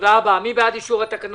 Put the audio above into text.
בטבת התשפ"ב (31 בדצמבר 2021). 2. תחילתן של תקנות